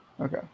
Okay